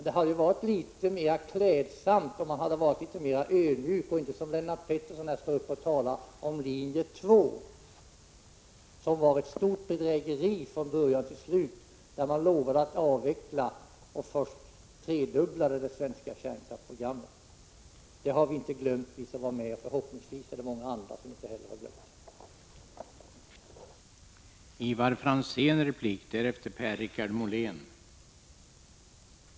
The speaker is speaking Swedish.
Det hade ändå varit mer klädsamt om ni varit litet mer ödmjuka och inte som Lennart Pettersson talat om linje 2, som var ett stort bedrägeri från början till slut. Man lovade att avveckla, men tredubblade först det svenska kärnkraftsprogrammet. Det har vi som var med inte glömt, och förhoppningsvis är det många andra som inte heller har glömt det.